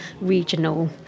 regional